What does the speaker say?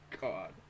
God